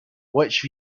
which